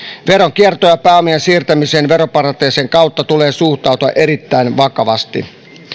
veronkiertoon ja pääomien siirtämiseen veroparatiisien kautta tulee suhtautua erittäin vakavasti